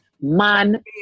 man